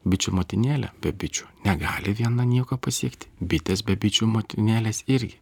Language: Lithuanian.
bičių motinėlė be bičių negali viena nieko pasiekti bitės be bičių motinėlės irgi